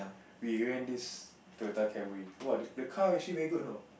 we rent this Toyota Camry !wah! the car actually very good you know